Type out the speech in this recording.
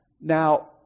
Now